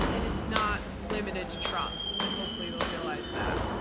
and it's not limited to trump. i mean, hopefully they'll realize that.